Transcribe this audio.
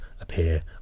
appear